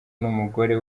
n’umugore